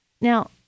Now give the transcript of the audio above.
Now